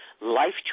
life